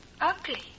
ugly